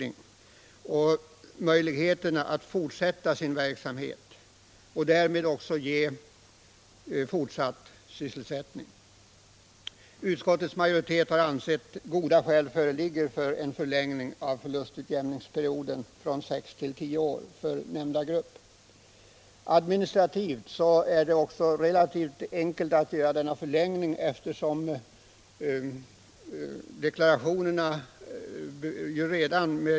Minskar vi skatterna i ena ändan, så måste vi naturligtvis skaffa fram skatter i andra ändan, och då blir det de anställda som drabbas — inte bara anställda i de företag som kan komma i fråga för förlustutjämning utan också övriga anställda.